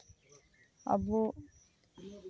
ᱟᱵᱚ